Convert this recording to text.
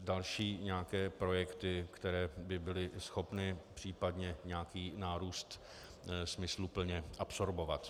další projekty, které by byly schopny případně nějaký nárůst smysluplně absorbovat.